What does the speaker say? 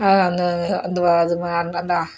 அந்த அந்து வா அது அங்கே